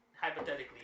Hypothetically